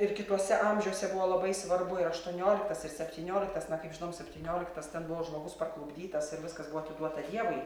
ir kituose amžiuose buvo labai svarbu ir aštuonioliktas ir septynioliktas na kaip žinom septynioliktas ten buvo žmogus parklupdytas ir viskas buvo atiduota dievui